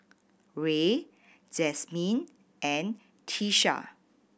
Rey Jasmyn and Tyesha